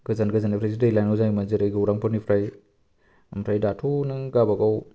गोजान गोजानिफ्रायसो दै लायनांगौ जायोमोन जेरै गौरांफोरनिफ्राय ओमफ्राय दाथ' नों गावबा गाव